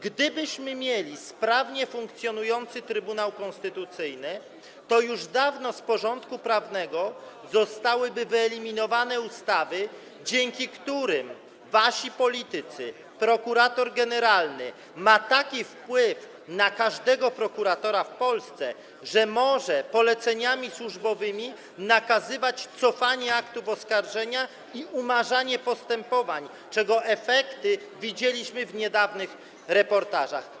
Gdybyśmy mieli sprawnie funkcjonujący Trybunał Konstytucyjny, to już dawno z porządku prawnego zostałyby wyeliminowane ustawy, dzięki którym wasi politycy, prokurator generalny ma taki wpływ na każdego prokuratora w Polsce, że może poleceniami służbowymi nakazywać cofanie aktów oskarżenia i umarzanie postępowań, czego efekty widzieliśmy w niedawnych reportażach.